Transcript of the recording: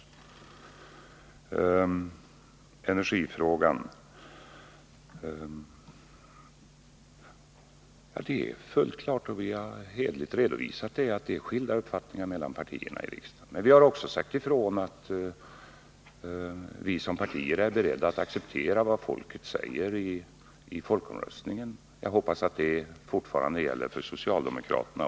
När det gäller energifrågan är det fullt klart — och det har vi hederligt redovisat — att det råder skilda uppfattningar mellan partierna i regeringen. Vi har även förklarat att vi såsom partier är beredda att acceptera vad folket säger i folkomröstningen. Jag hoppas att detta fortfarande gäller också för socialdemokraterna.